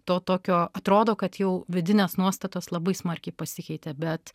to tokio atrodo kad jau vidinės nuostatos labai smarkiai pasikeitė bet